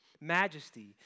majesty